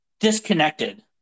Disconnected